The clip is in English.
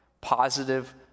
positive